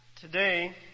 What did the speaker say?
Today